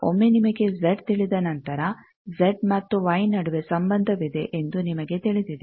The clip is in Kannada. ಒಮ್ಮೆ ನಿಮಗೆ ಜೆಡ್ ತಿಳಿದ ನಂತರ ಜೆಡ್ ಮತ್ತು ವೈ ನಡುವೆ ಸಂಬಂಧವಿದೆ ಎಂದು ನಿಮಗೆ ತಿಳಿದಿದೆ